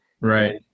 Right